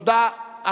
תודה.